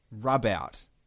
rub-out